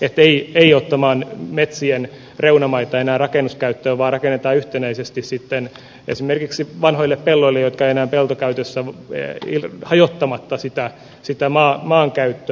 ettei oteta metsien reunamaita enää rakennuskäyttöön vaan rakennetaan yhtenäisesti sitten esimerkiksi vanhoille pelloille jotka eivät ole enää peltokäytössä hajottamatta sitä maankäyttöä